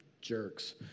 jerks